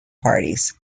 parties